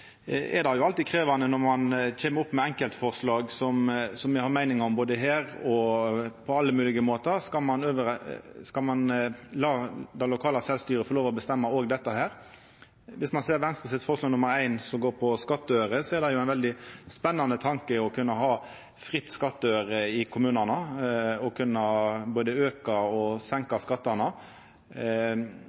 det er alltid krevjande når ein kjem opp med enkeltforslag som me har meiningar om på alle moglege vis. Skal ein lata det lokale sjølvstyret få lov til å bestemma dette òg? Om ein ser på Venstres eine forslag, som går på skattøyren, er det ein veldig spennande tanke å kunna ha fri skattøyre i kommunane, å kunna både auka og senka skattane.